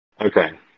Okay